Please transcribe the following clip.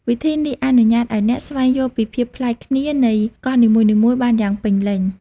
វិធីនេះអនុញ្ញាតឲ្យអ្នកស្វែងយល់ពីភាពប្លែកគ្នានៃកោះនីមួយៗបានយ៉ាងពេញលេញ។